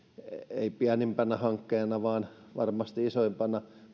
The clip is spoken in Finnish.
ei pienimpänä vaan varmasti isoimpana